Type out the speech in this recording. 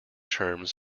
terms